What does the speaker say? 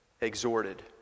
exhorted